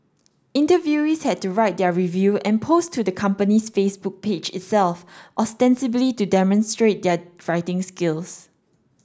interviewees had to write their review and post to the company's Facebook page itself ostensibly to demonstrate their writing skills